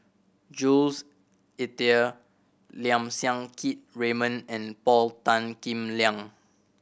Jules Itier Lim Siang Keat Raymond and Paul Tan Kim Liang